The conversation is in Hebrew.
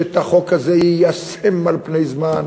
שאת החוק הזה יישם על פני זמן,